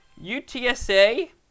UTSA